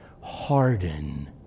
harden